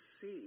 see